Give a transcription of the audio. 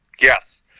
Yes